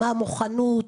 מה המוכנות.